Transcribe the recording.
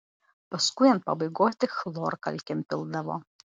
paskui ant pabaigos tik chlorkalkėm pildavo